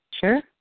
Sure